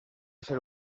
ser